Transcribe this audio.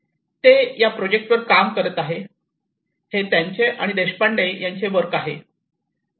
ते या प्रोजेक्टवर काम करीत आहेत हे त्यांचे आणि देशपांडे यांचे वर्क आहे